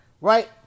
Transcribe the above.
right